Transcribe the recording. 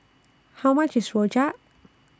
How much IS Rojak